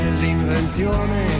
l'invenzione